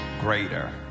greater